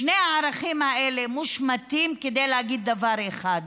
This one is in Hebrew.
שני הערכים האלה מושמטים כדי להגיד דבר אחד: